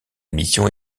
mission